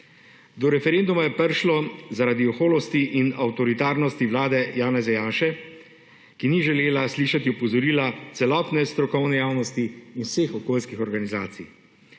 Do referenduma je prišlo zaradi oholosti in avtoritarnosti vlade Janeza Janše, ki ni želela slišati opozorila celotne strokovne javnosti in vseh okoljskih organizacij.